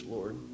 Lord